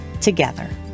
together